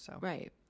Right